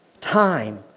Time